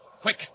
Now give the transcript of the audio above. quick